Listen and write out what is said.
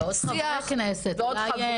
ועוד חברי כנסת.